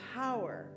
power